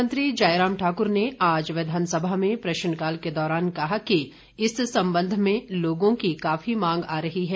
मुख्यमंत्री जयराम ठाक्र ने आज विधानसभा में प्रश्नकाल के दौरान कहा कि इस संबंध में लोगों की काफी मांग आ रही है